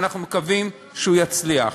ואנחנו מקווים שהוא יצליח.